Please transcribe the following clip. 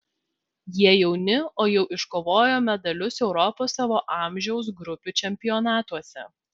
jie jauni o jau iškovojo medalius europos savo amžiaus grupių čempionatuose